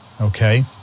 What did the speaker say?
okay